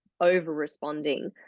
over-responding